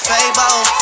Fable